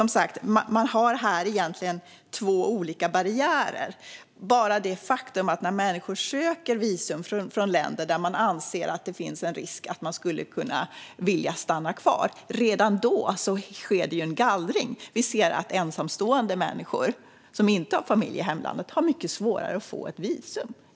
Man har här egentligen två olika barriärer. Redan när människor från andra länder söker visum och man anser att det finns en risk för att de skulle vilja stanna kvar sker det en gallring. Vi ser att ensamstående människor, som inte har familj i hemlandet, har mycket svårare att få ett visum.